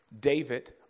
David